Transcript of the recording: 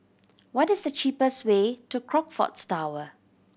what is the cheapest way to Crockfords Tower